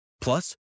Plus